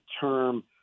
term